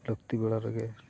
ᱞᱟᱹᱠᱛᱤ ᱵᱮᱲᱟ ᱨᱮᱜᱮ